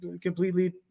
completely